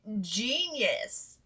genius